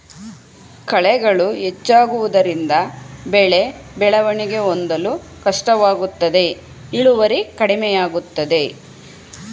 ಕಳೆಗಳು ಹೆಚ್ಚಾಗುವುದರಿಂದ ಬೆಳೆ ಬೆಳವಣಿಗೆ ಹೊಂದಲು ಕಷ್ಟವಾಗುತ್ತದೆ ಇಳುವರಿ ಕಡಿಮೆಯಾಗುತ್ತದೆ